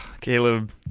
caleb